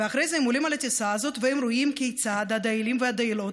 ואחרי זה הם עולים על הטיסה הזאת והם רואים כיצד הדיילים והדיילות,